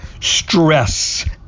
stress